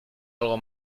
algo